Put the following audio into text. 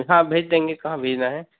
हाँ भेज देंगे कहाँ भेजना है